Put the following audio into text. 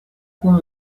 kun